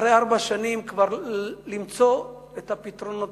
אחרי ארבע שנים, כבר למצוא את הפתרונות.